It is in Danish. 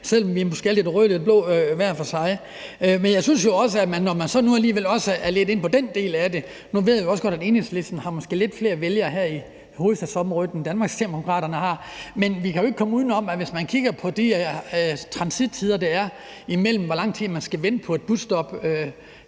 måske er lidt røde og lidt blå hver for sig. Men når vi nu er alligevel er lidt inde på den del af det – nu ved jeg jo også godt, at Enhedslisten måske har lidt flere vælgere her i hovedstadsområdet, end Danmarksdemokraterne har – synes jeg ikke, at vi kan komme udenom, at hvis man kigger på de tider, der er på, hvor lang tid man skal vente på et busstop